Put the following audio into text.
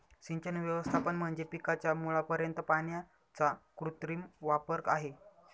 सिंचन व्यवस्थापन म्हणजे पिकाच्या मुळापर्यंत पाण्याचा कृत्रिम वापर आहे